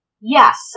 Yes